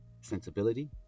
sensibility